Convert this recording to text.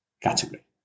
category